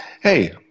Hey